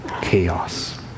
chaos